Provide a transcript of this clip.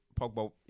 Pogba